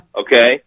Okay